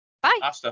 Bye